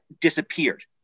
disappeared